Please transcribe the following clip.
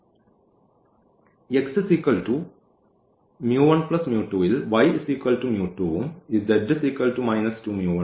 ൽ ഉം ഈ z ഉം